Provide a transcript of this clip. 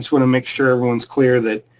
wanna make sure everyone's clear that